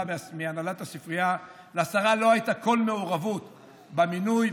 מהנהלת הספרייה: לשרה לא הייתה כל מעורבות במינוי,